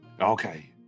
Okay